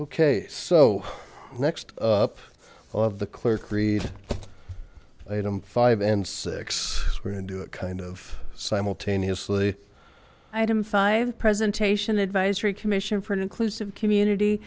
okay so next up of the clerk read item five and six we're going to do it kind of simultaneously item five presentation advisory commission for an inclusive community